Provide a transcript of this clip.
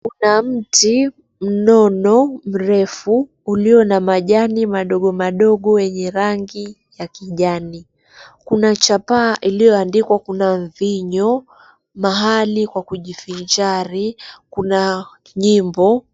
Kuna mti mnono, mrefu ulio na majani madogo madogo wenye rangi ya kijani. Kuna chapaa iliyoandikwa, kuna mvinyo, mahali kwa kujifinjari kuna jimbo.